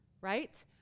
right